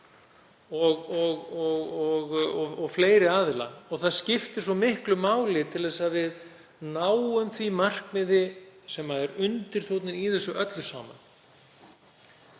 og fleiri aðila. Það skiptir svo miklu máli, til að við náum því markmiði sem er undirtónninn í þessu öllu saman,